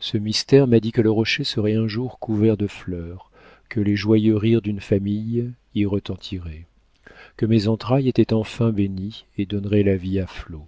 ce mystère m'a dit que le rocher serait un jour couvert de fleurs que les joyeux rires d'une famille y retentiraient que mes entrailles étaient enfin bénies et donneraient la vie à flots